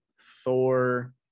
Thor